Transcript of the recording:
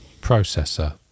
processor